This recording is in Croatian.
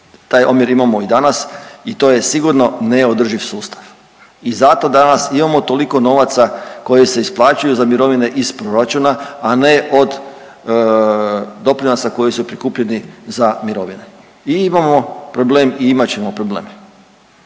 Taj omjer imamo i danas i to je sigurno neodrživ sustav i zato danas imamo toliko novaca koji se isplaćuju za mirovine iz proračuna, a ne od doprinosa koji su prikupljeni za mirovine i imamo problem i imat ćemo problem.